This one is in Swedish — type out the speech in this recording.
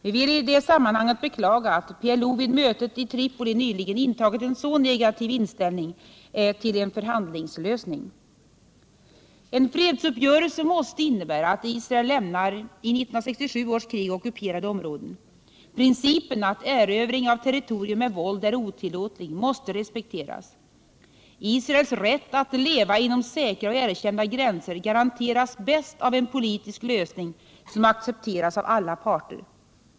Vi vill i det sammanhanget beklaga att PLO vid mötet i Tripoli nyligen visat en så negativ inställning till en förhandlingslösning. En fredsuppgörelse måste innebära att Israel lämnar i 1967 års krig ockuperade områden. Principen att erövring av territorium med våld är otillåtlig måste respekteras. Israels rätt att leva inom säkra och erkända gränser garanteras bäst av en politisk lösning, som accepteras av alla parter.